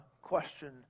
question